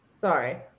Sorry